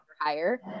higher